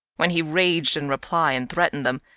when he raged in reply and threatened them,